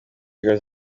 girls